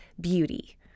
beauty